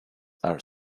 are